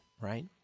right